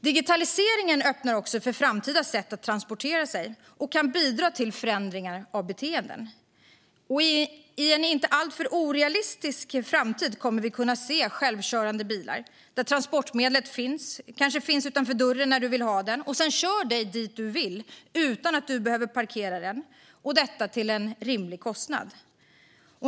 Digitaliseringen öppnar också för framtida sätt att transportera sig och kan bidra till förändringar av beteenden. I en inte alltför orealistisk framtid kommer vi att kunna se självkörande bilar. Transportmedlet kanske finns utanför dörren när du vill ha det. Fordonet kör dig sedan dit du vill utan att du behöver parkera det, och det till en rimlig kostnad.